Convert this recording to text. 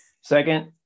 Second